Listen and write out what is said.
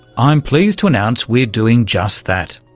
i'm pleased to announce we're doing just that.